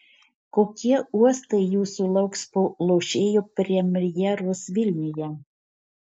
kokie uostai jūsų lauks po lošėjo premjeros vilniuje